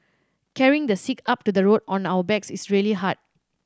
carrying the sick up to the road on our backs is really hard